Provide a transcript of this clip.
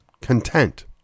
content